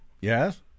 Yes